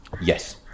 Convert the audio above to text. Yes